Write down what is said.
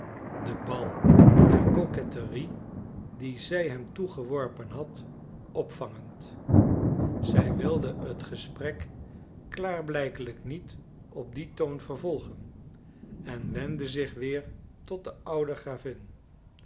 den bal der coquetterie dien zij hem toegeworpen had opvangend zij wilde het gesprek klaarblijkelijk niet op dien toon vervolgen en wendde zich weer tot de oude gravin